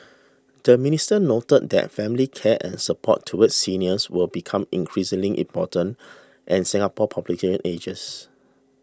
the minister noted that family care and support towards seniors will become increasingly important as Singapore's population ages